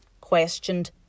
questioned